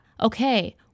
okay